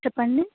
చెప్పండి